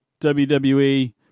WWE